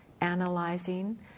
analyzing